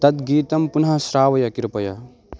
तद्गीतं पुनः श्रावय कृपया